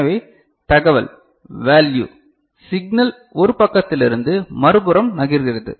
எனவே தகவல் value signal ஒரு பக்கத்திலிருந்து மறுபுறம் நகர்கிறது